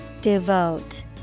Devote